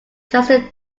justin